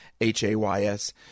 H-A-Y-S